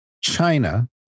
China